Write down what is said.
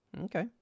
Okay